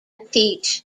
teach